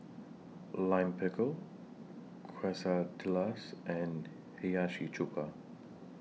Lime Pickle Quesadillas and Hiyashi Chuka